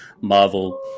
Marvel